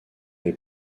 les